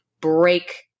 break